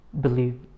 believe